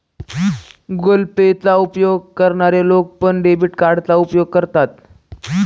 Google pay चा उपयोग करणारे लोक पण, डेबिट कार्डचा उपयोग करतात